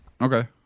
Okay